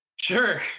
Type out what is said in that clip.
sure